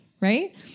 right